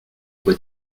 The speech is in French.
quoi